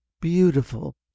beautiful